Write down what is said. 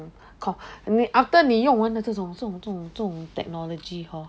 after 你用完了这种这种这种这种 technology hor